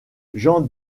jean